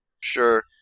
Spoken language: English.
Sure